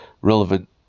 relevant